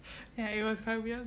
ya it was quite weird